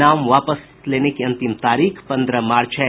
नाम वापस लेने की अंतिम तारीख पन्द्रह मार्च है